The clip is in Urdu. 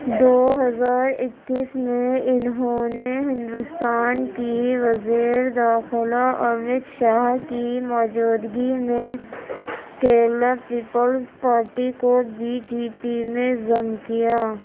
دو ہزار اکیس میں انہوں نے ہندوستان کی وزیر داخلہ امیت شاہ کی موجودگی میں کیرلا پیپلز پارٹی کو بی جی پی میں ضم کیا